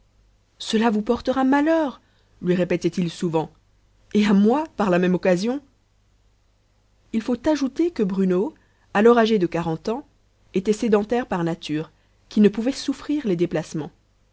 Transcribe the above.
cela vous portera malheur lui répétait-il souvent et à moi par la même occasion il faut ajouter que bruno alors âgé de quarante ans était sédentaire par nature qu'il ne pouvait souffrir les déplacements